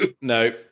No